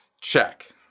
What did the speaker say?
Check